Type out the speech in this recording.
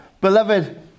Beloved